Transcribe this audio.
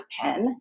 pen